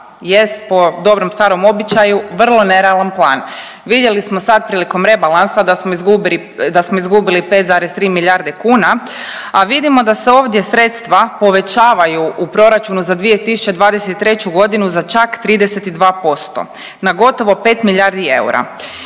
jest po dobrom starom običaju vrlo nerealan plan. Vidjeli smo sad prilikom rebalansa da smo izgubili 5,3 milijarde kuna, a vidimo da se ovdje sredstva povećavaju u proračunu za 2023. godinu za čak 32% na gotovo 5 milijardi eura.